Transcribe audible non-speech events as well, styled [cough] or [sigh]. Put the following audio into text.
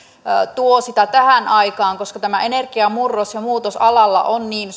tuo sitä tähän aikaan koska tämä energiamurros ja muutos alalla ovat niin [unintelligible]